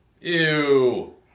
Ew